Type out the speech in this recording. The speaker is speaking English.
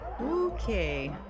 Okay